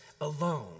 alone